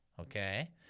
Okay